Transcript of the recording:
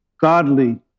godly